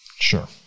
Sure